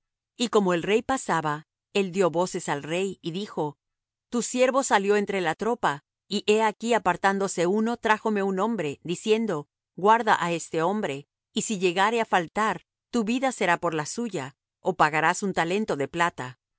y como el rey pasaba él dió voces al rey y dijo tu siervo salió entre la tropa y he aquí apartándose uno trájome un hombre diciendo guarda á este hombre y si llegare á faltar tu vida será por la suya ó pagarás un talento de plata